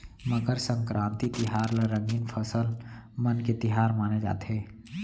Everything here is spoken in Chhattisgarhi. मकर संकरांति तिहार ल रंगीन फसल मन के तिहार माने जाथे